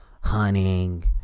hunting